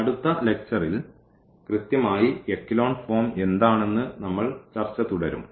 അടുത്ത ലെക്ച്ചറിൽ കൃത്യമായി എക്കലോൺ ഫോം എന്താണെന്ന് നമ്മൾ ചർച്ച തുടരും